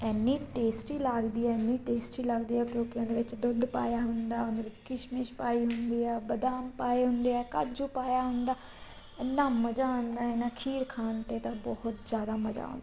ਐਨੀ tasty ਲੱਗਦੀ ਐਨੀ tasty ਲੱਗਦੀ ਆ ਕਿਉਂਕਿ ਉਹਦੇ ਵਿੱਚ ਦੁੱਧ ਪਾਇਆ ਹੁੰਦਾ ਉਹਦੇ ਵਿੱਚ ਕਿਸ਼ਮਿਸ਼ ਪਾਈ ਹੁੰਦੀ ਆ ਬਦਾਮ ਪਾਏ ਹੁੰਦੇ ਆ ਕਾਜੂ ਪਾਇਆ ਹੁੰਦਾ ਐਨਾ ਮਜ਼ਾ ਆਉਂਦਾ ਹੈ ਨਾ ਖੀਰ ਖਾਣ 'ਤੇ ਤਾਂ ਬਹੁਤ ਜ਼ਿਆਦਾ ਮਜ਼ਾ ਆਉਂਦਾ